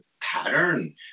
pattern